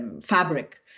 fabric